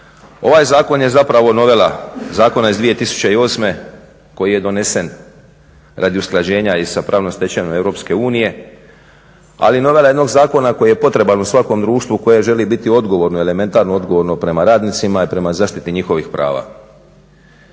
Ovaj Zakon je zapravo novela zakona iz 2008. koji je donesen radi usklađenja i sa pravno stečevinom Europske unije ali novela jednog zakona koji je potreban u svakom društvu koji želi biti odgovorno i elementarno odgovorno i prema radnicima i prema zaštiti njihovih prava.